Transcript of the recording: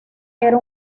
era